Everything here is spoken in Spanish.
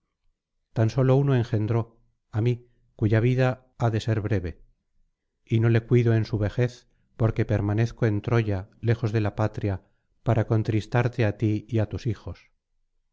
tan sólo uno engendró á mí cuya vida ha de ser breve y no le cuido en su vejez porque permanezco en troya lejos de la patria para contristarte á ti y á tus hijos